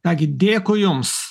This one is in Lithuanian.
ką gi dėkui jums